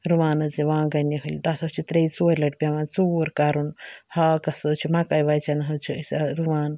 رُوان حٕظ وانٛگَن نِہٲلۍ تَتھ حظ چھِ ترٛیہِ ژوٚرِ لَٹہِ پٮ۪وان ژوٗر کَرُن ہاکَس حٕظ أسۍ چھِ مَکایہِ وَچن حٕظ چھِ أسۍ رُوان